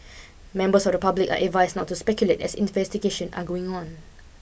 members of the public are advised not to speculate as investigation are going on